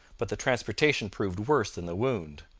but the transportation proved worse than the wound.